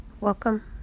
Welcome